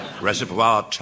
Reservoir